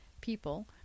people